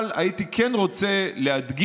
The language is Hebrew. אבל כן הייתי רוצה להדגיש,